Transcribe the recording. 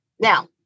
Now